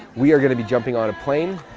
we are gonna be jumping on a plane,